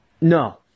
no